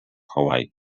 hawaii